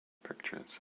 pictures